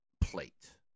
Plate